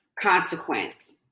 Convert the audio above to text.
consequence